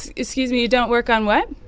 excuse me. you don't work on what?